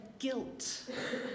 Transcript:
guilt